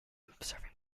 observing